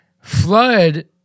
Flood